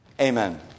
Amen